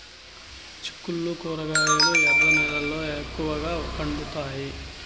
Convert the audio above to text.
చిక్కుళ్లు కూరగాయలు ఎర్ర నేలల్లో ఎక్కువగా పండుతాయా